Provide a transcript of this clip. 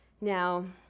Now